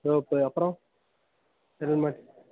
rope அப்புறம் helmet